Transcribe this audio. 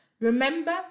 Remember